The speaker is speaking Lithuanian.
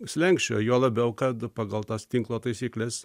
slenksčio juo labiau kad pagal tas tinklo taisykles